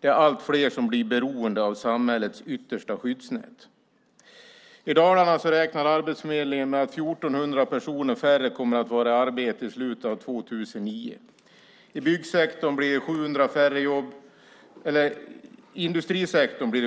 Det är allt fler som blir beroende av samhällets yttersta skyddsnät. I Dalarna räknar Arbetsförmedlingen med att 1 400 personer färre kommer att vara i arbete i slutet av 2009. I industrisektorn blir det